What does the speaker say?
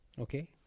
Okay